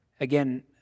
Again